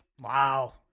Wow